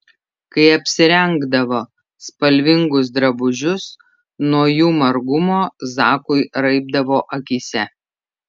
kai apsirengdavo spalvingus drabužius nuo jų margumo zakui raibdavo akyse